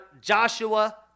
Joshua